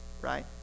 right